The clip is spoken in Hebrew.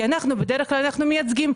אנחנו בדרך כלל מייצגים,